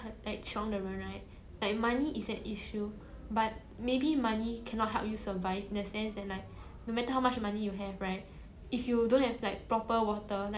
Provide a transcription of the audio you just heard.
ah